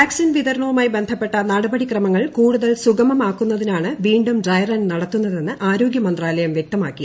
vaccine വിതരണവുമായി ബന്ധപ്പെട്ട നടപടിക്രമങ്ങൾ കൂടുതൽ സുഗമമാക്കുന്നതിനാണ് വീണ്ടും ഡ്രൈ റൺ നടത്തുന്നതെന്ന് ആരോഗൃമന്ത്രാലയം വൃക്തമാക്കി